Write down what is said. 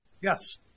Yes